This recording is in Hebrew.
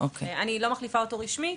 אני לא מחליפה אותו רשמית,